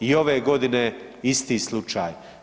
I ove godine isti slučaj.